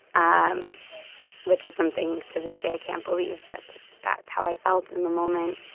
um which is something to this day, i can't believe that that's how i felt in the moment.